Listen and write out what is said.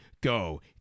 go